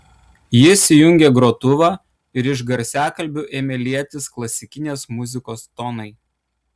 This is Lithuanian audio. jis įjungė grotuvą ir iš garsiakalbių ėmė lietis klasikinės muzikos tonai